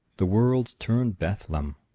the world's turn'd bethlem.